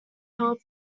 help